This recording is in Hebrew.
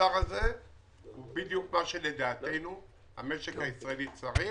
המוצר הזה הוא בדיוק מה שלדעתנו המשק הישראלי צריך